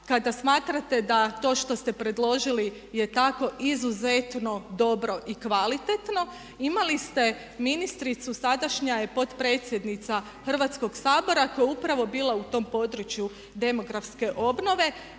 kada smatrate da to što ste predložili je tako izuzetno dobro i kvalitetno. Imali ste ministricu, sadašnja je potpredsjednica Hrvatskoga sabora koja je upravo bila u tom području demografske obnove,